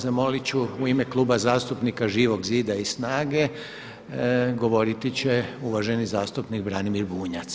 Zamolit ću u ime Kluba zastupnika Živog zida i SNAGA-e govoriti će uvaženi zastupnik Branimir Bunjac.